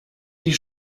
die